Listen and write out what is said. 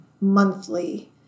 monthly